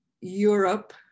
Europe